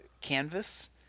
canvas